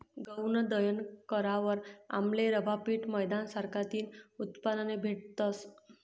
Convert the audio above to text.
गऊनं दयन करावर आमले रवा, पीठ, मैदाना सारखा तीन उत्पादने भेटतस